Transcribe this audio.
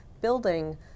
building